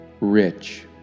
rich